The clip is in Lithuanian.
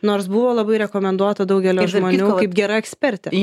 nors buvo labai rekomenduota daugelio žmonių kaip gera ekspertė